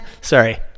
sorry